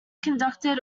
conducted